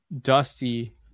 Dusty